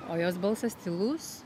o jos balsas tylus